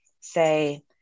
say